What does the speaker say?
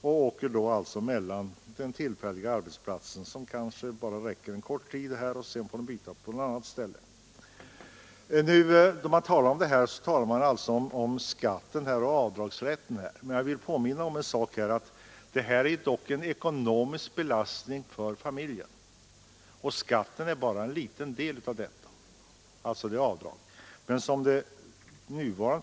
Man åker alltså mellan hemmet och tillfälliga arbeten, som kanske bara räcker en kort tid — varefter man får byta arbete igen. Då det gäller dessa frågor talar man om skatten och avdragsrätten. Jag vill påminna om att resorna är en ekonomisk belastning för familjen, och skatten på de avdragna beloppen utgör bara en liten del av vad resorna kostar.